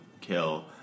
kill